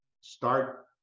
start